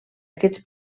aquests